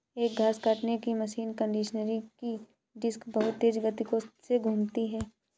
एक घास काटने की मशीन कंडीशनर की डिस्क बहुत तेज गति से घूमती है